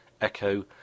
echo